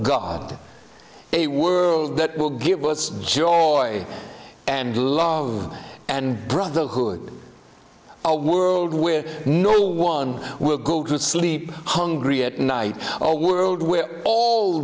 god a world that will give was joy and love and brotherhood a world where no one will go to sleep hungry at night a world where all